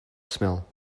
smell